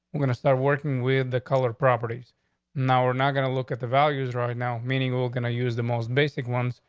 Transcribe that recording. we're gonna start working with the color properties now. we're not gonna look at the values right now, meaning we're gonna use the most basic ones.